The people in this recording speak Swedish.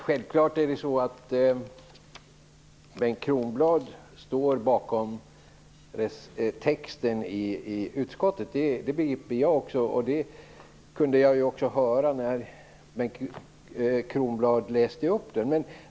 Fru talman! Självfallet står Bengt Kronblad bakom utskottets text. Det begriper jag också. Det kunde jag också höra när Bengt Kronblad läste upp den.